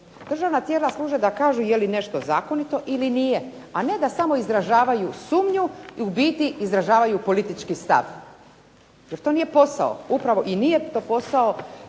Državna tijela služe da kažu jeli nešto zakonito ili nije, a ne da samo izražavaju sumnju i u biti izražavaju politički stav, jel to nije posao, upravo to nije posao